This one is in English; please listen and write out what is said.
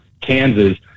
Kansas